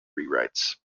rewrites